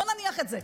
בוא נניח את זה,